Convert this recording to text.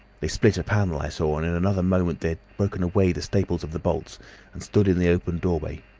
they split a panel, i saw, and in another moment they had broken away the staples of the bolts and stood in the open doorway.